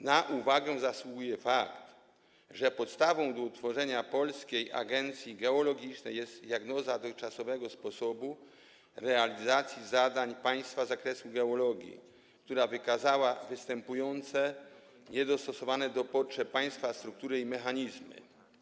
Na uwagę zasługuje fakt, że podstawą do utworzenia Polskiej Agencji Geologicznej jest diagnoza dotychczasowego sposobu realizacji zadań państwa z zakresu geologii, która wykazała występujące niedostosowane do potrzeb państwa struktury i mechanizmy.